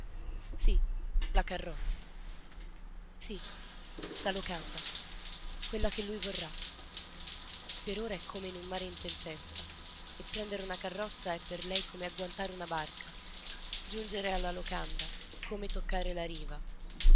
sì la carrozza sì la locanda quella che lui vorrà per ora è come in un mare in tempesta e prendere una carrozza è per lei come agguantare una barca giungere alla locanda come toccare la riva